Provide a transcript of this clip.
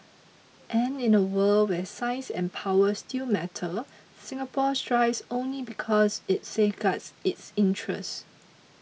and in a world where size and power still matter Singapore thrives only because it safeguards its interests